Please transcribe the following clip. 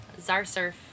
Zarsurf